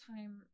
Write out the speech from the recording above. time